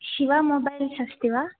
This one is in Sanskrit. शिवा बोबैल्स् अस्ति वा